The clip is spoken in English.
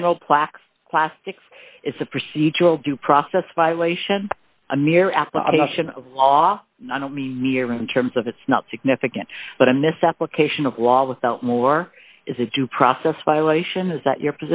general plax plastics it's a procedural due process violation a mere application of law i don't mean mere in terms of it's not significant but i'm this application of law without more is a due process violation is that your